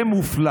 זה מופלא